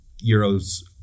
Euro's